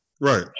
Right